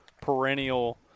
perennial